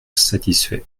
satisfaits